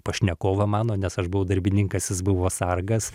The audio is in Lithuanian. pašnekovą mano nes aš buvau darbininkas jis buvo sargas